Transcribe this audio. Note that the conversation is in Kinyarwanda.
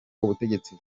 ubutegetsi